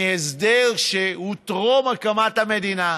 בשל הסדר שהוא טרום הקמת המדינה,